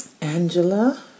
Angela